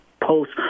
post